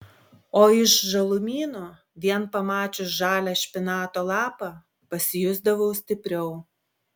o iš žalumynų vien pamačius žalią špinato lapą pasijusdavau stipriau